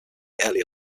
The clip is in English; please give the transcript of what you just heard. early